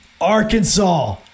Arkansas